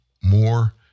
more